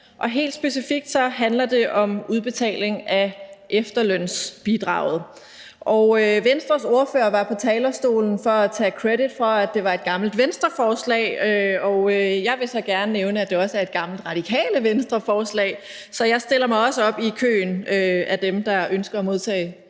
og helt specifikt handler det om udbetaling af efterlønsbidraget. Venstres ordfører var på talerstolen for at tage credit for, at det var et gammelt Venstreforslag, og jeg vil så gerne nævne, at det også er et gammelt Radikale Venstre-forslag. Så jeg stiller mig også op i køen af dem, der ønsker at modtage